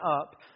up